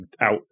out